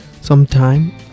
sometime